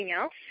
else